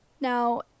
now